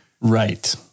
Right